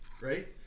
right